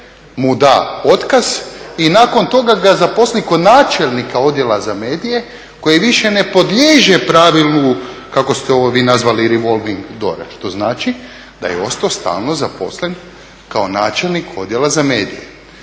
mu da otkaz i nakon toga ga zaposli kao načelnika odjela za medije koji više ne podliježe pravilu, kako ste vi ovo nazvali revolving door što znači da je ostao stalno zaposlen kao načelnik odjela za medije.